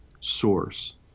source